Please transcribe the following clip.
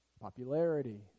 popularity